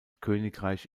königreich